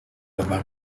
among